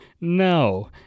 No